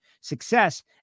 success